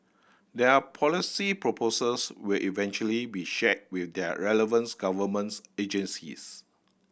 their policy proposals will eventually be shared with their relevance governments agencies